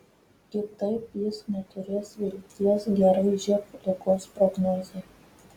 kitaip jis neturės vilties gerai živ ligos prognozei